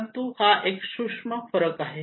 परंतु तो एक सूक्ष्म फरक आहे